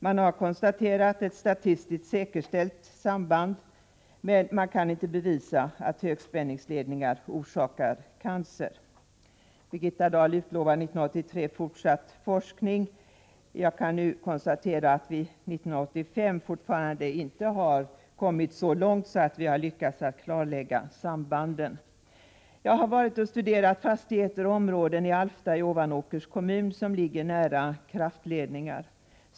Man har konstaterat ett statistiskt säkerställt samband, men man kan inte bevisa att högspänningsledningar orsakar cancer. Birgitta Dahl utlovade 1983 fortsatt forskning på detta område. Jag kan nu — år 1985 — konstatera att vi ännu inte lyckats klarlägga sambandet. Jag har studerat de fastigheter och områden i Alfta i Ovanåkers kommun som ligger nära kraftledningar.